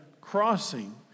crossing